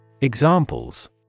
Examples